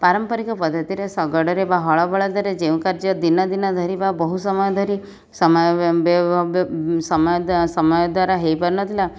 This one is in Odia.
ପାରମ୍ପରିକ ପଦ୍ଧତିରେ ଶଗଡ଼ରେ ବା ହଳ ବଳଦରେ ଯେଉଁ କାର୍ଯ୍ୟ ଦିନ ଦିନ ଧରି ବା ବହୁସମୟ ଧରି ସମୟ ସମୟଦ୍ଵାରା ହେଇପାରୁନଥିଲା